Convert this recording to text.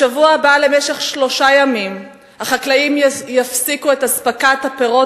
בשבוע הבא יפסיקו החקלאים למשך שלושה ימים את אספקת הפירות